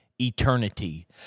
eternity